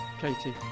Katie